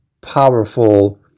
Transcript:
powerful